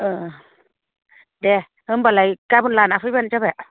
अ दे होनबालाय गाबोन लाना फैबानो जाबाय